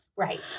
Right